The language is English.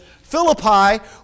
Philippi